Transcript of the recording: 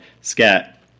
Scat